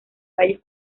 valles